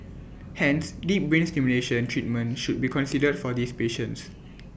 hence deep brain stimulation treatment should be considered for these patients